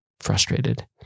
Frustrated